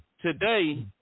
today